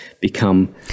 become